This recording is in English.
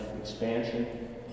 expansion